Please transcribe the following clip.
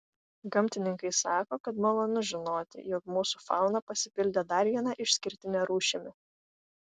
gamtininkai sako kad malonu žinoti jog mūsų fauna pasipildė dar viena išskirtine rūšimi